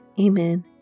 Amen